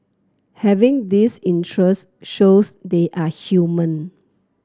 having this interest shows they are human